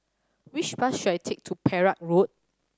which bus should I take to Perak Road